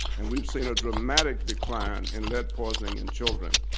and we've seen a dramatic decline in lead poisoning in children.